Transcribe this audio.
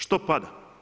Što pada?